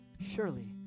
surely